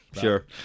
Sure